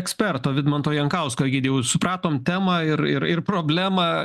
eksperto vidmanto jankausko egidijau supratom temą ir ir ir problemą